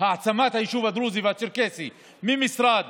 העצמת היישוב הדרוזי והצ'רקסי מהמשרד